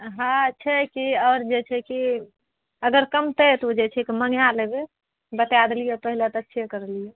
हँ छै की आओर जे छै कि अगर कमतै तऽ ओ जे छै मङ्गा लेबै बताए देलिऐ पहिले तऽ अच्छे करलिऐ